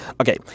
Okay